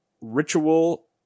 Ritual